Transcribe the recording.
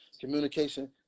communication